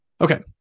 okay